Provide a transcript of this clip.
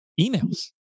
emails